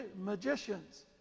magicians